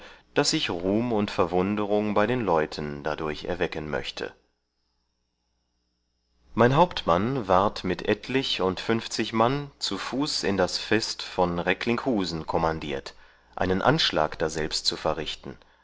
daß ich ruhm und verwunderung bei den leuten dadurch erwecken möchte mein hauptmann ward mit etlich und fünfzig mann zu fuß in das vest von recklinckhusen kommandiert einen anschlag daselbst zu verrichten